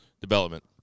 development